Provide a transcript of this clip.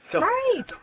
Right